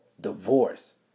divorce